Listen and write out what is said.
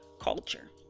culture